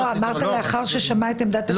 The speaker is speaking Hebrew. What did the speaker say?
אמרת: לאחר ששמע את עמדת הצדדים.